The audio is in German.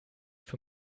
für